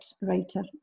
writer